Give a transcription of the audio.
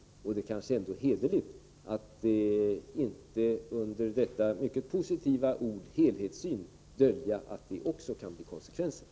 Då är det kanske ändå hederligt att inte under det mycket positiva ordet ”helhetssyn” dölja att det också kan bli konsekvenserna.